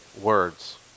words